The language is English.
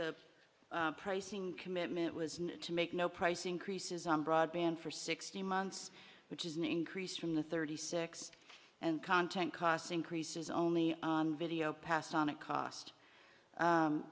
the pricing commitment was to make no price increases on broadband for sixteen months which is an increase from the thirty six and content cost increases only on video passed on it cost